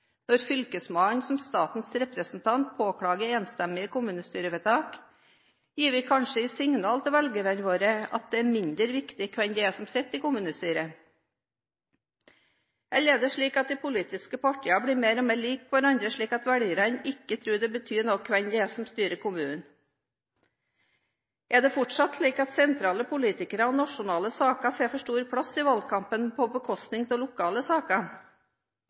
når fylkesmannen som statens representant påklager enstemmige kommunestyrevedtak, gir vi kanskje et signal til velgerne våre om at det er mindre viktig hvem som sitter i kommunestyret? Eller er det sånn at de politiske partiene blir mer og mer lik hverandre, slik at velgerne ikke tror det betyr noe hvem det er som styrer kommunen? Er det fortsatt slik at sentrale politikere og nasjonale saker får for stor plass i valgkampen på bekostning av lokale saker?